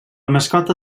mascota